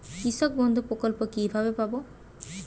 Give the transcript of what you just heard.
কৃষকবন্ধু প্রকল্প কিভাবে পাব?